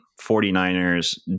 49ers